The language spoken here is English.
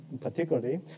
particularly